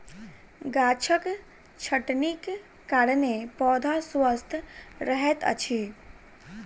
गाछक छटनीक कारणेँ पौधा स्वस्थ रहैत अछि